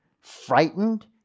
frightened